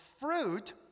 fruit